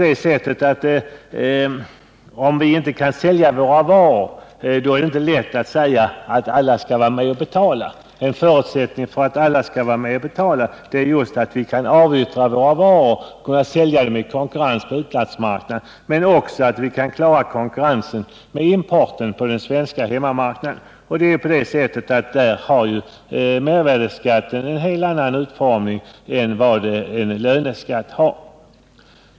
En förutsättning för att alla skall vara med och betala är att vi kan sälja våra varor i konkurrens på utlandsmarknaden men också att vi kan klara konkurrensen med importen på den svenska hemmamarknaden. Mervärdeskatten har i det hänseendet en helt annan utformning än vad en löneskatt har.